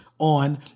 On